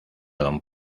don